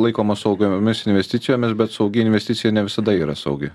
laikomos saugiomis investicijomis bet saugi investicija ne visada yra saugi